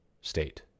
state